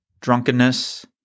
drunkenness